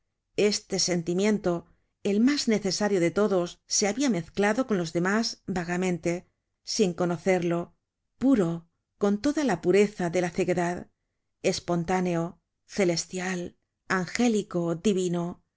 este sentimiento el mas necesario de todos se habia mezclado con los demás vagamente sin conocerlo puro con toda la pureza de la ceguedad espontáneo celestial angélico divino